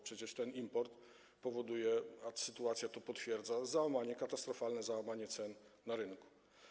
Przecież ten import powoduje, a sytuacja to potwierdza, katastrofalne załamanie cen na rynku.